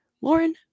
Lauren